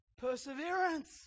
perseverance